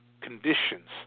conditions